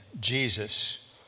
Jesus